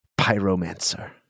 pyromancer